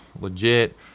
legit